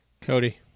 Cody